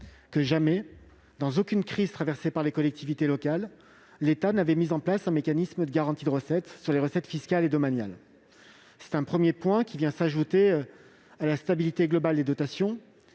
: jamais, dans aucune crise traversée par les collectivités locales, l'État n'avait mis en place un mécanisme de garantie de recettes sur les recettes fiscales et domaniales. Cela vient s'ajouter à la stabilité globale des dotations